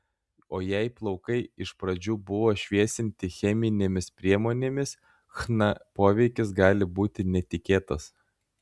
o jei plaukai iš pradžių buvo šviesinti cheminėmis priemonėmis chna poveikis gali būti netikėtas